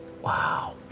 Wow